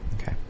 Okay